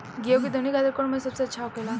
गेहु के दऊनी खातिर कौन मशीन सबसे अच्छा होखेला?